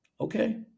Okay